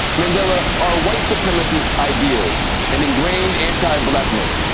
mandela, are white supremacists' ideals and engrained anti-blackness,